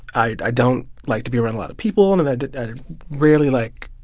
i i don't like to be around a lot of people. and and i rarely like,